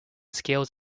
scales